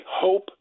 hope